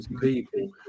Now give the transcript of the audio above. people